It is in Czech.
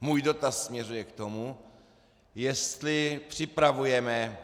Můj dotaz směřuje k tomu, jestli připravujeme